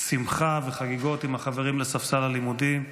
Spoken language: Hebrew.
שמחה וחגיגות עם החברים לספסל הלימודים.